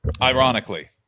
Ironically